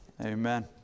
Amen